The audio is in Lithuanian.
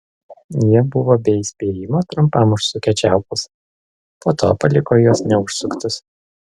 jie buvo be įspėjimo trumpam užsukę čiaupus po to paliko juos neužsuktus